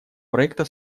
проекта